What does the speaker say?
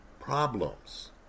problems